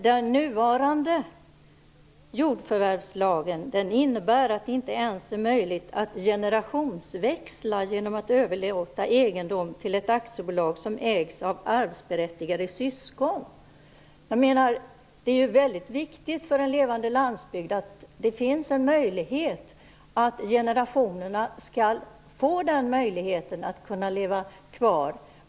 Den nuvarande jordförvärvslagen innebär att det inte ens är möjligt att generationsväxla genom att överlåta egendom till ett aktiebolag som ägs av arvsberättigade syskon. Det är viktigt för en levande landsbygd att det finns möjlighet för generationer att leva kvar.